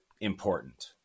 important